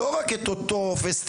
לא רק את אותו פסטיבל,